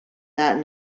that